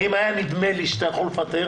כי אם היה נדמה לי שאתה יכול לפטר,